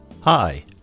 Hi